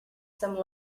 some